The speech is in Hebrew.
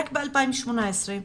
רק ב-2018,